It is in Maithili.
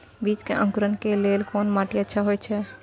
बीज के अंकुरण के लेल कोन माटी अच्छा होय छै?